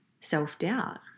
self-doubt